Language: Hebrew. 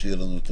שיעורי